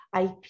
IP